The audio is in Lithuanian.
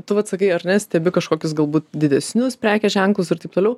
tu vat sakai ar ne stebi kažkokius galbūt didesnius prekės ženklus ir taip toliau